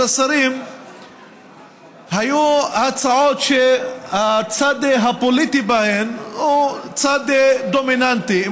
השרים היו הצעות שהצד הפוליטי בהן הוא צד דומיננטי,